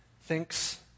thinks